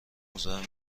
مزاحم